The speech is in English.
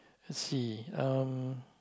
let's see um